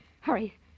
Hurry